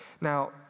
Now